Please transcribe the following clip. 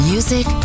Music